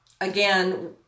again